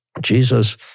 Jesus